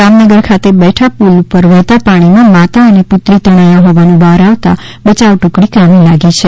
જામનગર ખાતે બેઠા પુલ ઉપર વહેતા પાણીમાં માતા અને પુત્રી તણાયા હોવાનું બહાર આવતા બચાવ ટુકડી કામે લાગી છે